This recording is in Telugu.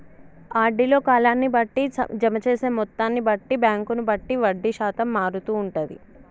ఆర్డీ లో కాలాన్ని బట్టి, జమ చేసే మొత్తాన్ని బట్టి, బ్యాంకును బట్టి వడ్డీ శాతం మారుతూ ఉంటది